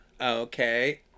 Okay